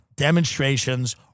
demonstrations